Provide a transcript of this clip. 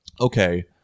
Okay